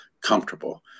comfortable